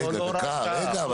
רגע, דקה.